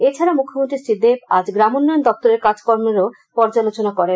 এছাড়া মুখ্যমন্ত্রী শ্রী দেব আজ গ্রাম উন্নয়ন দপ্তরের কাজকর্মেরও পর্যালোচনা করেন